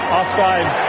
Offside